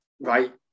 right